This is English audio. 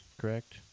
correct